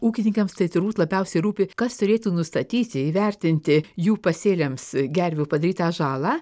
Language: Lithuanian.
ūkininkams tai turbūt labiausiai rūpi kas turėtų nustatyti įvertinti jų pasėliams gervių padarytą žalą